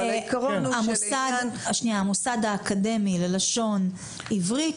אבל העיקרון הוא שלעניין --- המוסד האקדמי ללשון עברית